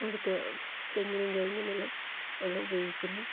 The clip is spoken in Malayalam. അവിടുത്തെ തെങ്ങിനും കവുങ്ങിനെല്ലാം വെള്ളം ഉപയോഗിക്കുന്നു